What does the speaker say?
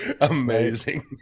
Amazing